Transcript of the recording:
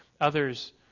Others